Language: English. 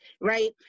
right